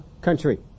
country